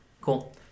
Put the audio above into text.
Cool